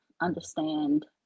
understand